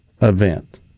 event